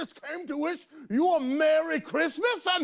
um to wish you a merry christmas um